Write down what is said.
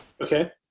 Okay